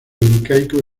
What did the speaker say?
incaico